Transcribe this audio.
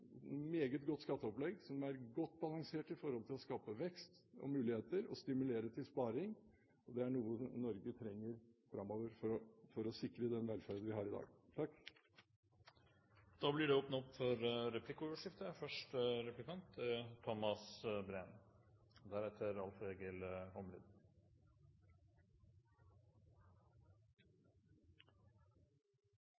meget godt skatteopplegg som er godt balansert for å skape vekst og muligheter og stimulere til sparing, og det er noe Norge trenger framover for å sikre den velferd vi har i dag. Det blir åpnet for replikkordskifte.